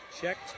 Checked